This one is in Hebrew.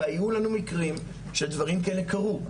והיו לנו מקרים שדברים כאלה קרו.